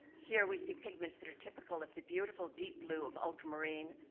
here, we see pigments that are typical of the beautiful deep blue of ultra marine,